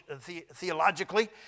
theologically